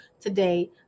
today